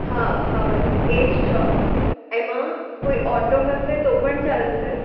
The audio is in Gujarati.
હા હા બસ એજ ચોક એમાં કોઈ ઑટો હશે તો પણ ચાલશે